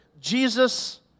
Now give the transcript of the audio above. Jesus